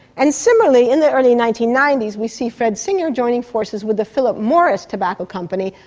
and similarly in the early nineteen ninety s we see fred singer joining forces with the philip morris tobacco company,